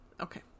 Okay